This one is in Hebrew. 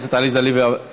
הכנסת עליזה לביא.